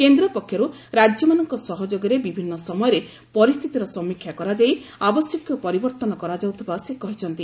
କେନ୍ଦ୍ର ପକ୍ଷରୁ ରାଜ୍ୟମାନଙ୍କ ସହଯୋଗରେ ବିଭିନ୍ନ ସମୟରେ ପରିସ୍ଥିତିର ସମୀକ୍ଷା କରାଯାଇ ଆବଶ୍ୟକୀୟ ପରିବର୍ତ୍ତନ କରାଯାଉଥିବା ସେ କହିଛନ୍ତି